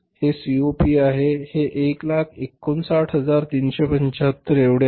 हे सीओपी आहे हे 159375 एवढे आहे